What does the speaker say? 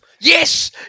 Yes